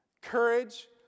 Courage